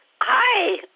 Hi